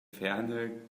ferne